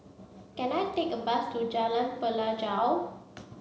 can I take a bus to Jalan Pelajau